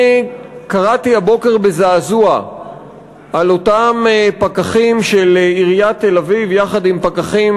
קראתי הבוקר בזעזוע על אותם פקחים של עיריית תל-אביב שיחד עם פקחים